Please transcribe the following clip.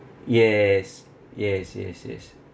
yes yes yes yes